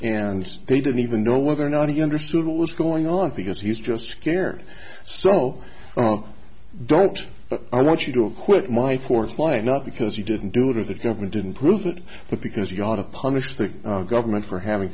and they don't even know whether or not he understood what was going on because he was just scared so oh i don't want you don't quit my course line up because he didn't do it or the government didn't prove it but because he ought to punish the government for having